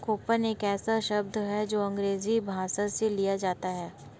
coupon एक ऐसा शब्द है जो अंग्रेजी भाषा से लिया गया है